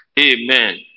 amen